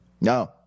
No